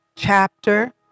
chapter